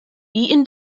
eaton